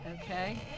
Okay